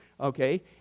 Okay